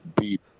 beat